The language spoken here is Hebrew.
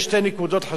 אדוני היושב-ראש.